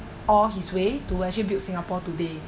all his way to actually build singapore today